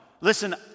Listen